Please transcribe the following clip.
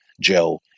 Joe